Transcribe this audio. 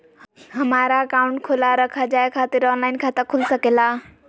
हमारा अकाउंट खोला रखा जाए खातिर ऑनलाइन खाता खुल सके ला?